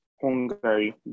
hungary